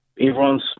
everyone's